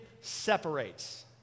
separates